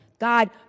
God